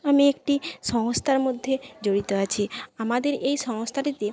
আমি একটি সংস্থার মধ্যে জড়িত আছি আমাদের এই সংস্থাটিতে